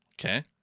Okay